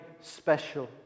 special